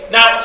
Now